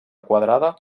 quadrada